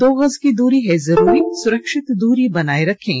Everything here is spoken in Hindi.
दो गज की दूरी है जरूरी सुरक्षित दूरी बनाए रखें